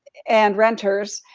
and renters,